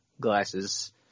glasses